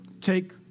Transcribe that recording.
take